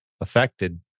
affected